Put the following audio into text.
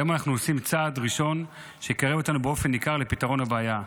היום אנחנו עושים צעד ראשון שיקרב אותנו באופן ניכר לפתרון הבעיה.